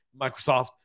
Microsoft